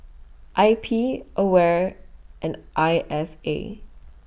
I P AWARE and I S A